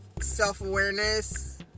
self-awareness